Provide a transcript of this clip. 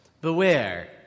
Beware